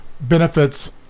benefits